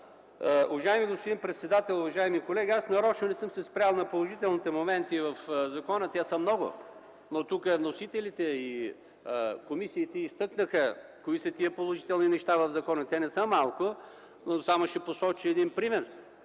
Уважаеми господин председател, уважаеми колеги! Аз нарочно не съм се спрял на положителните моменти в законопроекта – те са много. Вносителите и комисиите изтъкнаха кои са тези положителни неща. Те не са малко – ще посоча само един пример.